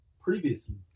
previously